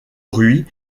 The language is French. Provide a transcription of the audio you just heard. rui